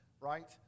right